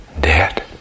dead